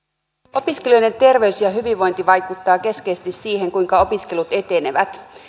opiskelijoiden terveys ja hyvinvointi vaikuttavat keskeisesti siihen kuinka opiskelut etenevät